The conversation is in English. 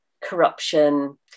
corruption